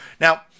now